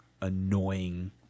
annoying